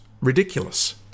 ridiculous